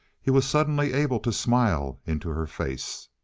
he was suddenly able to smile into her face.